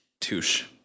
Touche